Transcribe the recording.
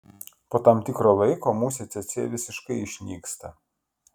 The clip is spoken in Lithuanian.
po tam tikro laiko musė cėcė visiškai išnyksta